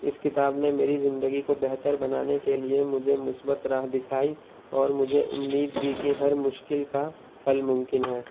اس کتاب نے میری زندگی کو بہتر بنانے کے لیے مجھے مثبت راہ دکھائی اور مجھے امید دی کہ ہر مشکل کا حل ممکن ہے